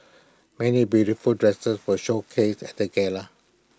many beautiful dresses were showcased at the gala